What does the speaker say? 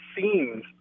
seems